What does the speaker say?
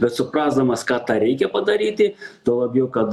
bet suprasdamas kad tą reikia padaryti tuo labiau kad